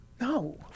no